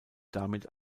damit